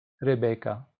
Rebecca